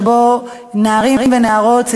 שבו נערים ונערות,